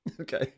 Okay